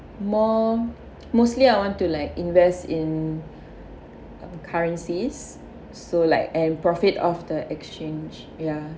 more mostly I want to like invest in currencies so like and profit of the exchange ya